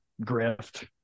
grift